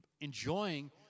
enjoying